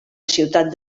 ciutat